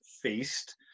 feast